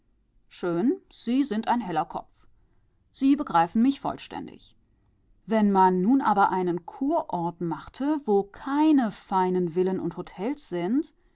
schön sie sind ein heller kopf sie begreifen mich vollständig wenn man nun aber einen kurort machte wo keine feinen villen und hotels